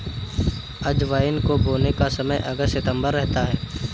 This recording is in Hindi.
अजवाइन को बोने का समय अगस्त सितंबर रहता है